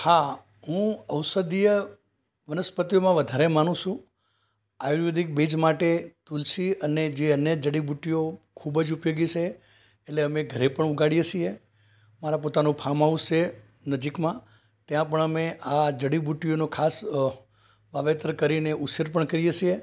હા હું ઔષધીય વનસ્પતિમાં વધારે માનું છું આયુર્વેદિક બેઝ માટે તુલસી અને જે અન્ય જડીબુટ્ટીઓ ખૂબ જ ઉપયોગી છે એટલે અમે ઘરે પણ ઉગાડીએ છીએ મારા પોતાનું ફાર્મ હાઉસ છે નજીકમાં ત્યાં પણ અમે આ જડીબુટ્ટીઓનું ખાસ વાવેતર કરીને ઉછેર પણ કરીએ છીએ